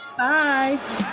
bye